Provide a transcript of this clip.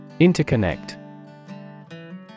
Interconnect